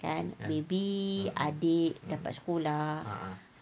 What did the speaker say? kan maybe adik dapat sekolah